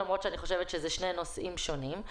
למרות שאני חושבת שאלה שני נושאים שונים.